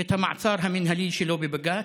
את המעצר המינהלי שלו בבג"ץ.